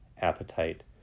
appetite